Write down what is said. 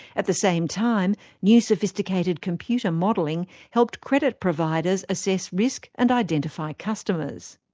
at the same time, new sophisticated computer modelling helped credit providers assess risk and identify customers.